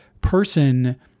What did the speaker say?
person